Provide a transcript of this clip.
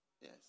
Yes